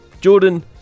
Jordan